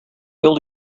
bill